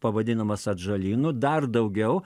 pavadinamas atžalynu dar daugiau